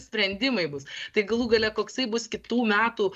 sprendimai bus tai galų gale koksai bus kitų metų